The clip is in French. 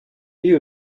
vit